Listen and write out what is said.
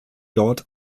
dort